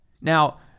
Now